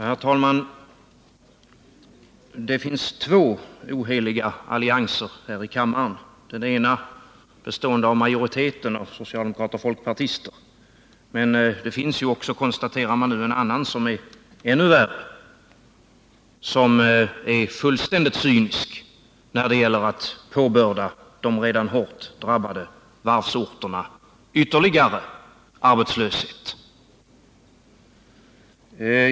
Herr talman! Det finns två oheliga allianser här i kammaren. Den ena består av majoriteten av socialdemokrater och folkpartister. Men det finns också, konstaterar man nu, en annan som är ännu värre, som är fullständigt cynisk när det gäller att påbörda de redan hårt drabbade varvsorterna ytterligare arbetslöshet.